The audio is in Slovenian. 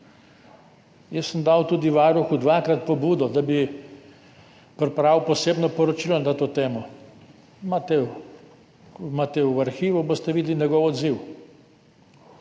Jaz sem dal tudi varuhu dvakrat pobudo, da bi pripravil posebno poročilo na to temo. Imate v arhivu, boste videli njegov odziv.